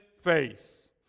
face